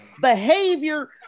behavior